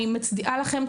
אני מצדיעה לכם.